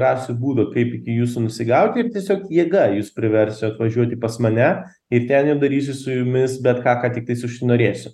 rasiu būdų kaip iki jūsų nusigauti ir tiesiog jėga jus priversiu atvažiuoti pas mane ir ten jau darysiu su jumis bet ką ką tiktais užsinorėsiu